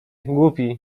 głupi